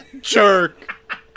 Jerk